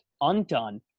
undone